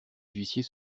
huissiers